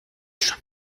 schon